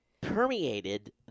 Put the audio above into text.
permeated